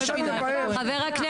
אימאן ח'טיב יאסין (רע"מ,